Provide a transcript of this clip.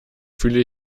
fühle